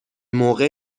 موقع